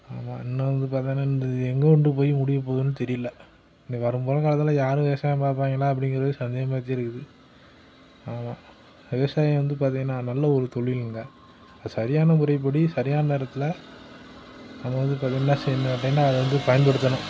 ஆமாம் இன்னும் வந்து பார்த்திங்கனா இந்த எங்கே கொண்டு போய் முடியப்போகுதுன்னு தெரியலை இனி வரும் போகிற காலத்தில் யார் விவசாயம் பார்ப்பாய்ங்களா அப்படிங்குறது சந்தேகமாகத்தான் இருக்குது ஆமாம் விவசாயம் வந்து பார்த்திங்கனா நல்ல ஒரு தொழிலுங்க சரியான முறைப்படி சரியான நேரத்தில் நம்ம வந்து இப்போ அது என்ன செய்யணும் கேட்டிங்கனால் அதை வந்து பயன்படுத்தணும்